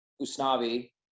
Usnavi